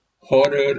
horror